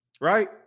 right